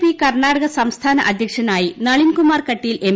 P Karnataka സംസ്ഥാന അധ്യക്ഷനായി Nalinkumar Kateel M